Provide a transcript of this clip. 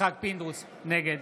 נגד